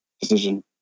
decision